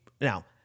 Now